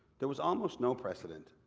there was almost no precedent.